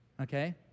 Okay